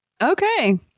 Okay